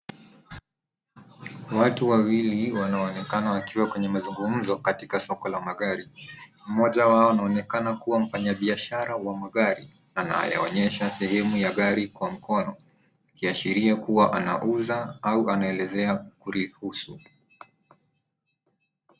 Watu wawili, wanaoonekana wakiwa kwenye mazungumzo, katika soko la magari. Mmoja wao anaonekana kuwa mfanyabiashara wa magari anayeonyesha sehemu ya gari kwa mkono, ikiashiria kuwa anauza au anaelezea kulihusu.